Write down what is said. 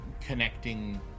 connecting